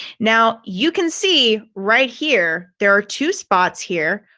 now you can see right here there are two spots here.